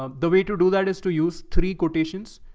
um the way to do that is to use three quotations.